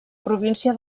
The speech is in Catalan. província